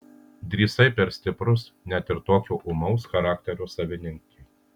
drįsai per stiprus net ir tokio ūmaus charakterio savininkei